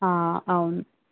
అవును